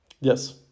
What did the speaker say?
Yes